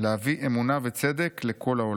להביא אמונה וצדק לכל העולם.